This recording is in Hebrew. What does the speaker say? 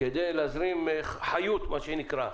כדי להזרים חיות, מה שנקרא.